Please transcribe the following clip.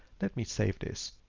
let me save this.